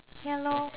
ya lor